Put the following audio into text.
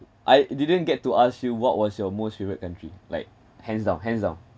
I didn't get to ask you what was your most favourite country like hands down hands down